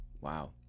wow